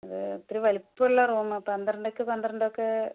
അത് ഒത്തിരി വലിപ്പമുള്ള റൂമാണ് പന്ത്രണ്ടുക്കു പന്ത്രണ്ടോക്കേ